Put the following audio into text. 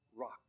rock